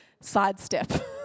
sidestep